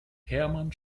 hermann